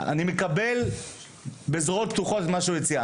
אני מקבל בזרועות פתוחות מה שהוא הציע,